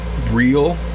real